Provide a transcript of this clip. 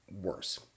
worse